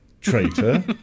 Traitor